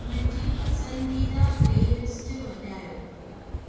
मुंहिंजी पसंदीदा प्लेलिस्ट वॼायो